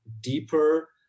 deeper